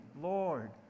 Lord